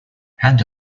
hand